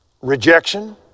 rejection